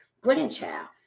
grandchild